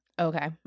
Okay